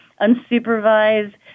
unsupervised